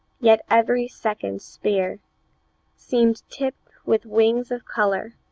yet every second spear seemed tipped with wings of color,